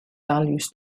values